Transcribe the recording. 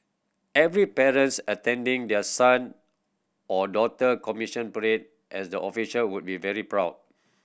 every parents attending their son or daughter commissioning parade as the officer would be very proud